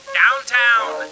downtown